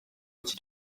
iki